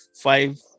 five